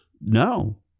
no